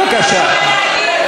כמה זמן אתה מאפשר לו?